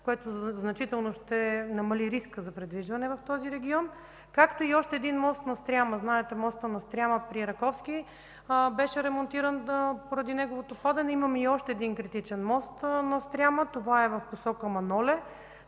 която значително ще намали риска за придвижване в този регион. Както и още един мост над Стряма – знаете моста над Стряма при Раковски беше ремонтиран поради неговото падане. Имаме и още един критичен мост над Стряма. Това е в посока Маноле.